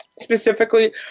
Specifically